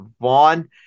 Vaughn